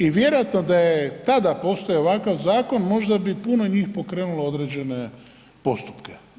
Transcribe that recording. I vjerojatno da je tada postojao ovakav zakon možda bi puno njih pokrenulo određene postupke.